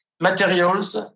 materials